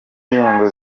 indirimbo